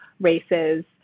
races